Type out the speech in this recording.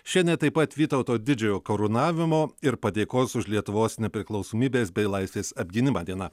šiandien taip pat vytauto didžiojo karūnavimo ir padėkos už lietuvos nepriklausomybės bei laisvės apgynimą diena